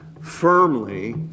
firmly